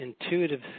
intuitive